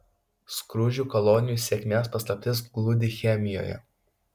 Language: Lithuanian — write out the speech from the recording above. skruzdžių kolonijų sėkmės paslaptis glūdi chemijoje